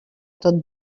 tot